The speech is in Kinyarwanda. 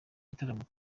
gitaramo